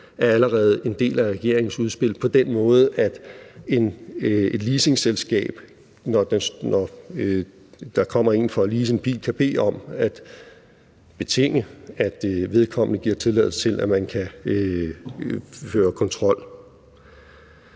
er allerede en del af regeringens udspil på den måde, at et leasingselskab, når der kommer en for at lease en bil, kan betinge, at vedkommende giver tilladelse til, at man kan føre kontrol.